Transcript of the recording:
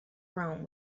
rome